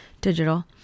digital